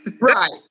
Right